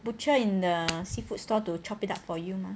butcher in a seafood store to chop it up for you mah